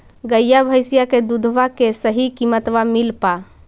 गईया भैसिया के दूधबा के सही किमतबा मिल पा?